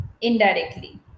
indirectly